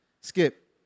skip